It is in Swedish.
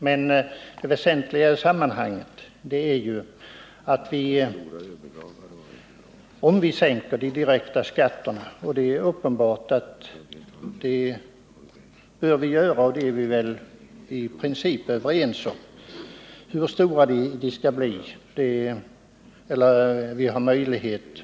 Men det väsentliga i sammanhanget är att om vi sänker de direkta skatterna — och det är uppenbart att det bör vi göra och det är vi väl i princip överens om — så måste vi skaffa andra intäkter i stället.